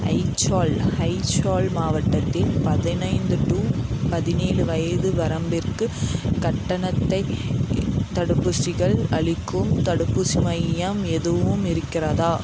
ஐச்சால் ஐச்சால் மாவட்டத்தில் பதினைந்து டு பதினேழு வயது வரம்பின்ருக்கு கட்டணத் தடுப்பூசிகள் அளிக்கும் தடுப்பூசி மையம் எதுவும் இருக்கிறதா